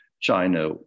China